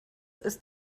ist